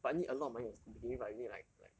but need a lot of money to begin with ah you need like like